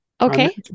Okay